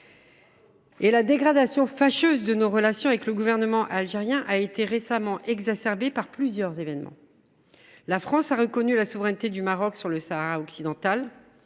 La dégradation fâcheuse de nos relations avec le gouvernement algérien a été récemment exacerbée par plusieurs événements. La France a reconnu la souveraineté du Maroc sur le Sahara occidental.